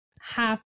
half